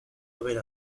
haber